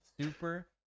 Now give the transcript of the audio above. Super